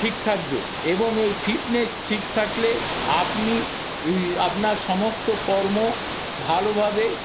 ঠিক থাকবে এবং এই ফিটনেস ঠিক থাকলে আপনি আপনার সমস্ত কর্ম ভালোভাবে